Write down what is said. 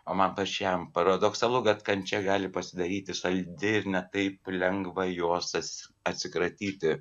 o man pačiam paradoksalu kad kančia gali pasidaryti saldi ir ne taip lengva jos ats atsikratyti